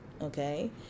okay